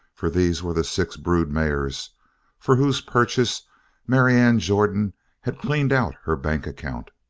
for these were the six brood mares for whose purchase marianne jordan had cleaned out her bank account.